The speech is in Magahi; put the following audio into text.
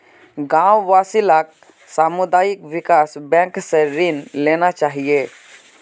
गांव वासि लाक सामुदायिक विकास बैंक स ऋण लेना चाहिए